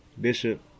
bishop